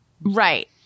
Right